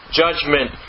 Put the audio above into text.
judgment